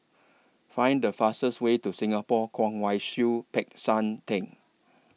Find The fastest Way to Singapore Kwong Wai Siew Peck San Theng